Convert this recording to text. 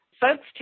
Folks